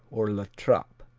or la trappe